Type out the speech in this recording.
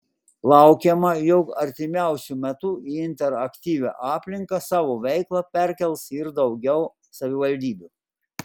laukiama jog artimiausiu metu į interaktyvią aplinką savo veiklą perkels ir daugiau savivaldybių